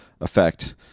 effect